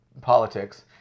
politics